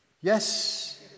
yes